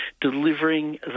delivering